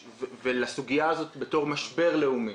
ולסוגיה הזאת בתור משבר לאומי.